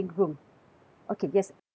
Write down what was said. okay yes uh